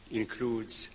includes